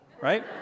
right